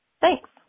Thanks